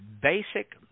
basic